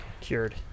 cured